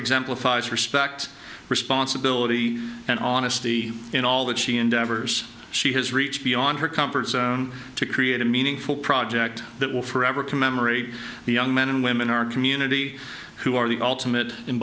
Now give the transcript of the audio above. exemplifies respect responsibility and on a city in all that she endeavors she has reach beyond her comfort zone to create a meaningful project that will forever commemorate the young men and women our community who are the ultimate